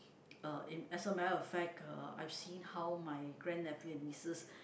uh in as a matter of fact uh I've seen how my grand nephew and nieces